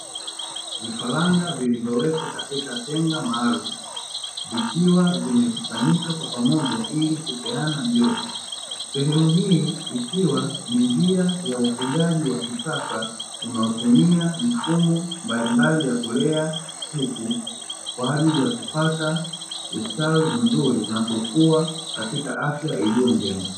Vifaranga vilivyowekwa katika tenga maalumu vikiwa vimekusanyika kwa pamoja ili kupeana joto. Sehemu hii ikiwa ni njia ya ufugaji wa kisasa unaotumia mfumo mbalimbali ya kulea kuku kwa ajili ya kupata ustawi mzuri na kukua katika afya iliyo njema.